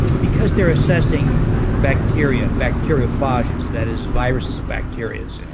because they're assessing bacteria, bacteriophages, that is viruses of bacterias,